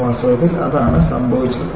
വാസ്തവത്തിൽ അതാണ് സംഭവിച്ചത്